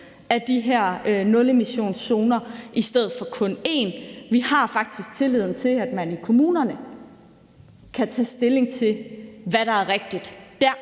af de her nulemissionszoner i stedet for kun en. Vi har faktisk tillid til, at man i kommunerne kan tage stilling til, hvad der er rigtigt dér,